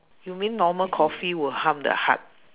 you mean normal coffee will harm the heart